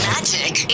Magic